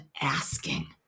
asking